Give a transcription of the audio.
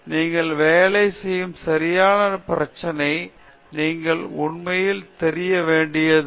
நீங்கள் வேலை செய்யும் சரியான பிரச்சனைக்கு நீங்கள் உண்மையில் தெரிய வேண்டியதில்லை